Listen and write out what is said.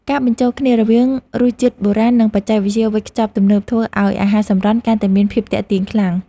ការបញ្ចូលគ្នារវាងរសជាតិបុរាណនិងបច្ចេកវិទ្យាវេចខ្ចប់ទំនើបធ្វើឱ្យអាហារសម្រន់កាន់តែមានភាពទាក់ទាញខ្លាំង។